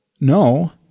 No